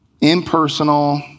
impersonal